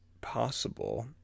possible